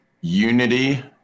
unity